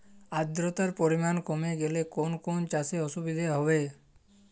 আদ্রতার পরিমাণ কমে গেলে কোন কোন চাষে অসুবিধে হবে?